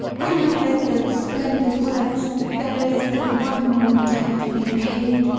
when i read those splendid words, there is but one more debt to be paid.